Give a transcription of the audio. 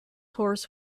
horse